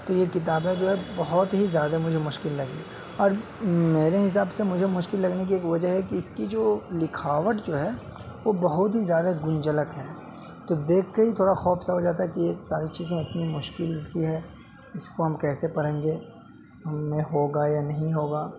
تو یہ کتابیں جو ہے بہت ہی زیادہ مجھے مشکل لگی اور میرے حساب سے مجھے مشکل لگنے کی ایک وجہ ہے کہ اس کی جو لکھاوٹ جو ہے وہ بہت ہی زیادہ گنجلک ہیں تو دیکھ کے ہی تھوڑا خوف سا ہو جاتا ہے کہ ایک ساری چیزیں اتنی مشکل سی ہے اس کو ہم کیسے پڑھیں گے ہم میں ہوگا یا نہیں ہوگا